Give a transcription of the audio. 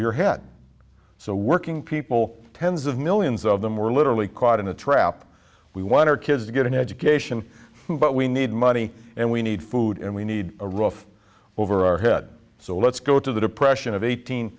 your head so working people tens of millions of them were literally caught in a trap we want our kids to get an education but we need money and we need food and we need a rough over our head so let's go to the depression of eighteen